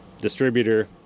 distributor